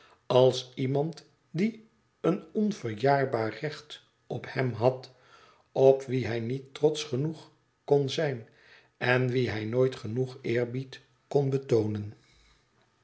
als iemand die een onverjaarbaar recht op hem had op wien hij niet trotsch genoeg kon zijn en wien hij nooit genoeg eerbied kon betoonen